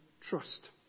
trust